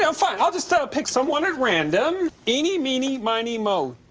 so fine. i'll just pick someone at random. eeny, meeny, miny, moe.